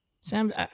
Sam